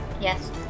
Yes